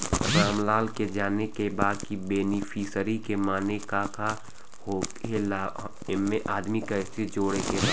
रामलाल के जाने के बा की बेनिफिसरी के माने का का होए ला एमे आदमी कैसे जोड़े के बा?